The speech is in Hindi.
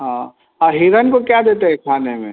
हाँ और हिरण को क्या देते हैं खाने में